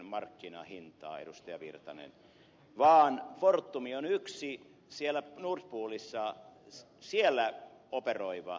pertti virtanen vaan fortum on yksi siellä nord poolissa siellä operoiva